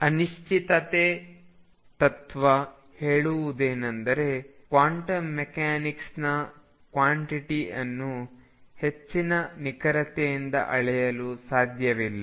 ಅನಿಶ್ಚಿತತೆ ತತ್ವ ಹೇಳುವುದೇನೆಂದರೆ ಕ್ವಾಂಟಂ ಮೆಕ್ಯಾನಿಕ್ಸ್ನ ಕ್ವಾಂಟಿಟಿ ಅನ್ನು ಹೆಚ್ಚಿನ ನಿಖರತೆಯಿಂದ ಅಳೆಯಲು ಸಾಧ್ಯವಿಲ್ಲ